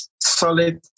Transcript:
solid